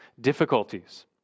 difficulties